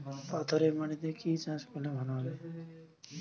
পাথরে মাটিতে কি চাষ করলে ভালো হবে?